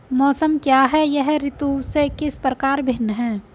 मौसम क्या है यह ऋतु से किस प्रकार भिन्न है?